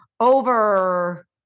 Over